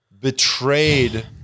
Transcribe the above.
Betrayed